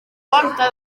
volta